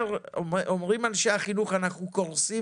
מורים אומרים שהם קורסים,